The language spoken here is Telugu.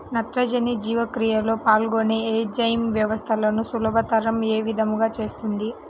నత్రజని జీవక్రియలో పాల్గొనే ఎంజైమ్ వ్యవస్థలను సులభతరం ఏ విధముగా చేస్తుంది?